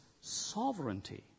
sovereignty